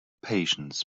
patience